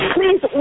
Please